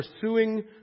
pursuing